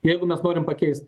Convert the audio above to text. jeigu mes norim pakeist